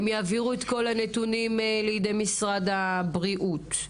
הם יעבירו את כל הנתונים לידי משרד הבריאות.